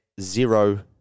zero